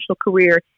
career